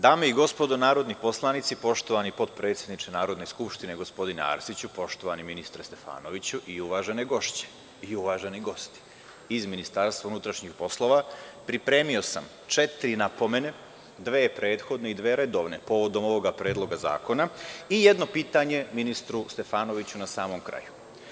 Dame i gospodo narodni poslanici, poštovani potpredsedniče Narodne skupštine, gospodine Arsiću, poštovani ministre Stefanoviću i uvažene gošće i uvaženi gosti iz MUP, pripremio sam četiri napomene, dve prethodne i dve redovne povodom ovog Predloga zakona i jedno pitanje ministru Stefanoviću na samom kraju.